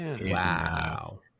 Wow